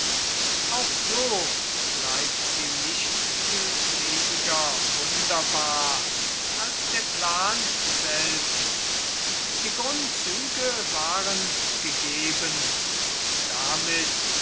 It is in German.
auch so bleibt sie nicht viel weniger wunderbar als der plan selbst die grundzüge waren gegeben und damit